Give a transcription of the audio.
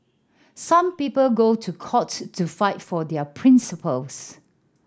some people go to court to fight for their principles